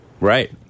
Right